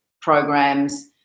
programs